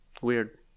Weird